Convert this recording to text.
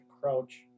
crouch